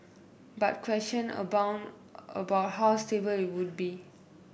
but question abound about how stable it would be